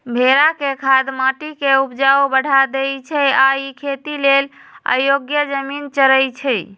भेड़ा के खाद माटी के ऊपजा बढ़ा देइ छइ आ इ खेती लेल अयोग्य जमिन चरइछइ